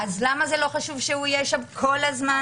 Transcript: למה לא חשוב שהוא יהיה שם כל הזמן?